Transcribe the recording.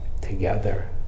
together